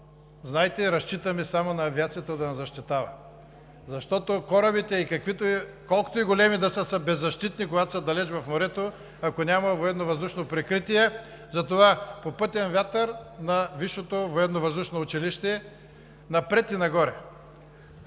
морето разчитаме само на авиацията да ни защитава, защото корабите, колкото и големи да са, са беззащитни, когато са далеч във морето, ако няма военновъздушно прикритие. Затова попътен вятър на Висшето